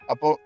Apo